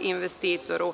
investitoru.